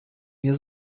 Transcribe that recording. mir